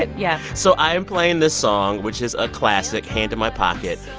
and yeah so i am playing this song, which is a classic, hand in my pocket,